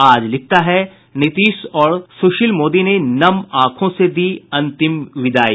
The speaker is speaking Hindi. आज लिखता है नीतीश और सुशील मोदी ने नम आंखों से दी अंतिम विदाई